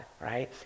right